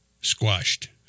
Squashed